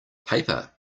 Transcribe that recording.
paper